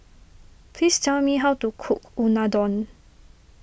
please tell me how to cook Unadon